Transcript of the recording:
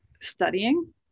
studying